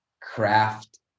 craft